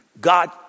God